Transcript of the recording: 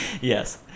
Yes